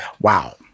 Wow